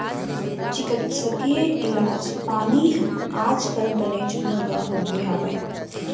चिकित्सकीय इलाज पानी ह आज काल बनेच महँगा होगे हवय